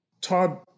Todd